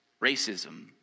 racism